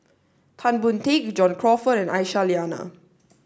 Tan Boon Teik John Crawfurd and Aisyah Lyana